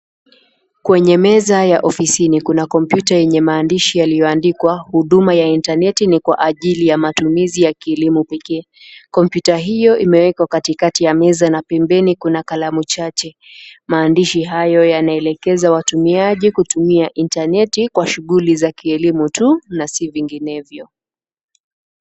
Kwenye meza ya ofisini kuna kompyuta yenye maandishi yaliyoandikwa huduma ya intaneti ni kwa ajili ya matumizi ya kilimo pekee, kompyuta hiyo imewekwa katikati ya meza na pembeni kuna kalamu jaje. Maandishi hayo yanaelekeza watumiaji kutumia intaneti kwa shuguli za kielimu tu na si vinginevyo.